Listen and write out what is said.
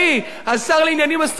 השר לעניינים אסטרטגיים.